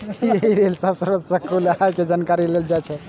एहि लेल सब स्रोत सं कुल आय के जानकारी लेल जाइ छै